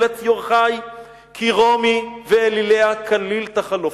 כי רומי ואליליה כליל תחלוף".